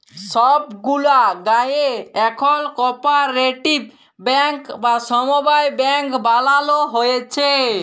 ছব গুলা গায়েঁ এখল কপারেটিভ ব্যাংক বা সমবায় ব্যাংক বালালো হ্যয়েছে